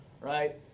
right